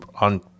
on